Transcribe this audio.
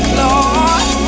Lord